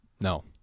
no